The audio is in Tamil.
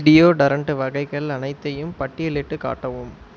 டியோடரண்ட் வகைகள் அனைத்தையும் பட்டியலிட்டுக் காட்டவும்